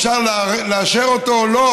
אפשר לאשר אותו או לא,